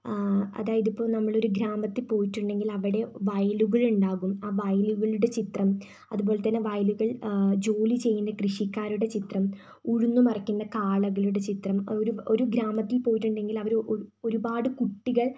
അതായത് ഇപ്പോ നമ്മൾ ഒരു ഗ്രാമത്തിൽ പോയിട്ടുണ്ടെങ്കിൽ അവിടെ വയലുകൾ ഇണ്ടാകും ആ വയലുകളുടെ ചിത്രം അതുപോലെത്തന്നെ വയലുകൾ ജോലി ചെയ്യുന്ന കൃഷിക്കാരുടെ ചിത്രം ഉഴുതുമറിക്കുന്ന കാളകളുടെ ചിത്രം ഒരു ഒരു ഗ്രാമത്തിൽ പോയിട്ടുണ്ടെങ്കിൽ അവർ ഒരു ഒരുപാട് കുട്ടികൾ